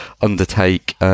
undertake